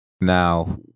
now